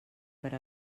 per